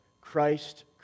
Christ